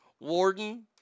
Warden